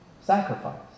Sacrifice